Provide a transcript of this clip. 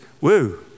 Woo